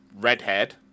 Redhead